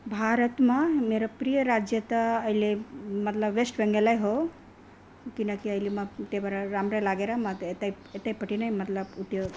भारतमा मेरो प्रिय राज्य त अहिँले मतलब वेस्ट बेङ्गलै हो किनकि अहिले म त्यहाँबाट राम्रो लागेर म यतै यतैपट्टि नै मतलब उत्यो